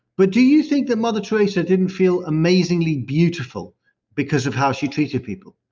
but do you think that mother theresa didn't feel amazingly beautiful because of how she treated people?